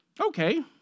Okay